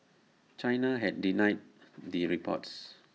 China had denied the reports